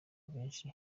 benshi